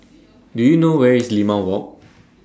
Do YOU know Where IS Limau Walk